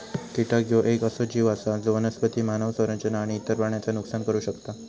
कीटक ह्यो येक असो जीव आसा जो वनस्पती, मानव संरचना आणि इतर प्राण्यांचा नुकसान करू शकता